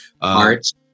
Arts